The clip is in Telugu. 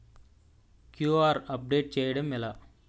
క్యూ.ఆర్ అప్డేట్ చేయడం ఎలా?